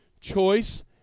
Choice